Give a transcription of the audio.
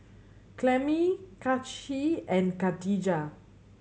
Clemie Kaci and Khadijah